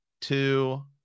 two